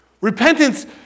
Repentance